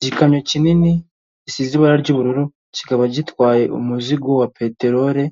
Igikamyo kinini gisize ibara ry'ubururu kikaba gitwaye umuzigo wa peterore,